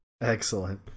Excellent